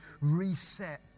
reset